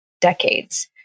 decades